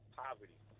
poverty